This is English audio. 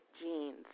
jeans